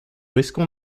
risquons